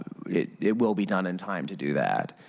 it it will be done in time to do that,